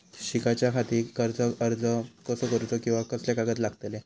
शिकाच्याखाती कर्ज अर्ज कसो करुचो कीवा कसले कागद लागतले?